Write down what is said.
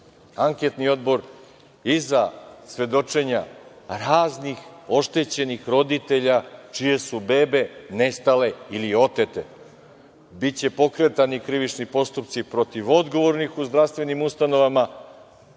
anketni odbor i za svedočenja raznih oštećenih roditelja čije su bebe nestale ili otete. Biće pokretani krivični postupci protiv odgovornih u zdravstvenim ustanovama,